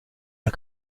der